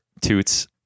Toots